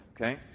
okay